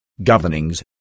governings